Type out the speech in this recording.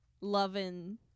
loving